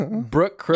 Brooke